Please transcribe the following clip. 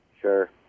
Sure